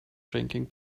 drinking